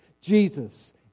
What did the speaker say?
Jesus